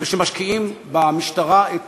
ומשקיעים במשטרה את